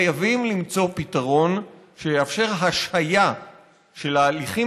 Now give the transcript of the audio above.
חייבים למצוא פתרון שיאפשר השהיה של ההליכים